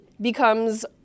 becomes